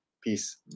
peace